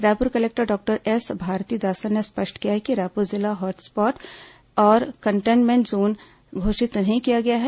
Raipur collector doctor S Bharti Dasan ने स्पष्ट किया है कि रायपुर जिला हॉटस्पॉट और कंटेन्मेंट जोन घोषित नहीं किया गया है